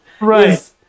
Right